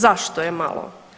Zašto je malo?